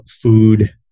food